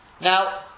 Now